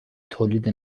تولید